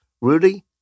Rudy